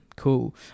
cool